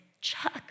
Chuck